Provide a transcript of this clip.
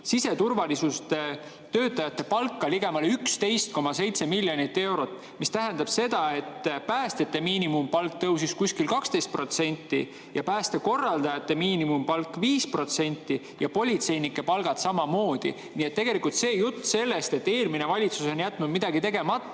siseturvalisuse töötajate palka kokku ligemale 11,7 miljonit eurot, mis tähendab seda, et päästjate miinimumpalk tõusis kuskil 12% ja päästekorraldajate miinimumpalk 5% ja politseinike palk samamoodi. Nii et tegelikult jutt sellest, et eelmine valitsus on jätnud midagi tegemata